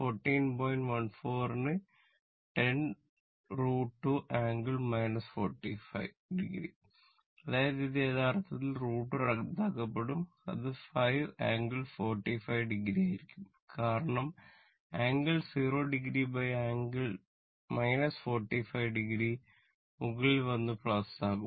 14 ന് 10 √ 2 ∟ 45o അതായത് ഇത് യഥാർത്ഥത്തിൽ √ 2 റദ്ദാക്കപ്പെടും അത് 5 ∟ 45o ആയിരിക്കും കാരണം ∟0o ∟ 45o മുകളിൽ വന്ന ആകും